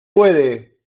puede